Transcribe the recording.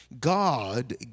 God